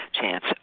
chance